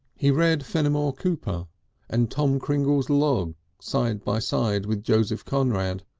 he read fenimore cooper and tom cringle's log side by side with joseph conrad,